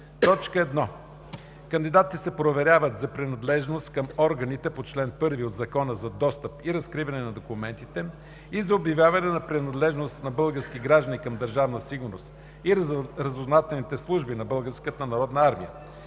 армия 1. Кандидатите се проверяват за принадлежност към органите по чл. 1 от Закона за достъп и разкриване на документите и за обявяване на принадлежност на български граждани към Държавна сигурност и разузнавателните служби на